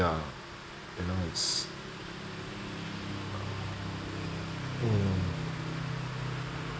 ya I know it's hmm